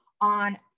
on